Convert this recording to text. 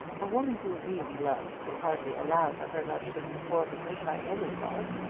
a woman who really loves will hardly allow that her love should be forfeited by any fault.